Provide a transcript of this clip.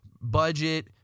budget